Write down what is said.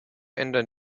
ändern